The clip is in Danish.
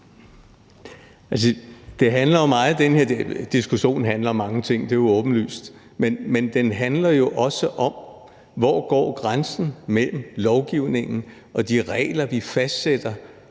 Den her diskussion handler om mange ting – det er jo åbenlyst. Men den handler jo også om, hvor grænsen går mellem lovgivningen og de regler, vi fastsætter,